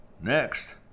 next